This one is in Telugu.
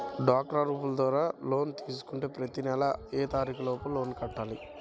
డ్వాక్రా గ్రూప్ ద్వారా లోన్ తీసుకుంటే ప్రతి నెల ఏ తారీకు లోపు లోన్ కట్టాలి?